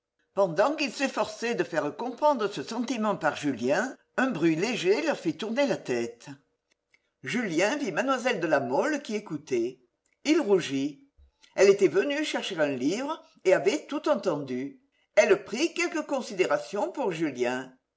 pendant qu'il s'efforçait de faire comprendre ce sentiment par julien un bruit loger leur fit tourner la tête julien vit mlle de la mole qui écoutait il rougit elle était venue chercher un livre et avait tout entendu elle prit quelque considération pour julien